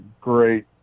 great